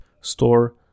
Store